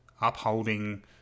upholding